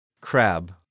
Crab